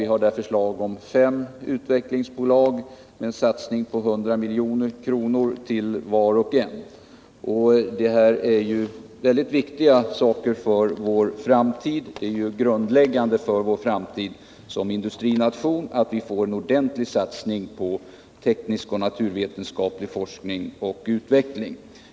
Vi har föreslagit fem utvecklingsbolag med en satsning på 100 milj.kr. till vart och ett. Det här är väldigt viktiga saker för vår framtid. Det är ju av grundläggande betydelse för Sveriges framtid som industrination att vi får en ordentlig satsning på teknisk och naturvetenskaplig forskning och utveckling.